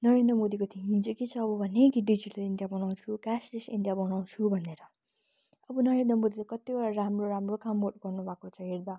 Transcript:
नरेन्द्र मोदीको थिङ्किङ चाहिँ के छ भने डिजिटल इन्डिया बनाउँछु क्यासलेस इन्डिया बनाउँछु भनेर अब नरेन्द्र मोदीले कतिवटा राम्रो राम्रो कामहरू गर्नु भएको छ हेर्दा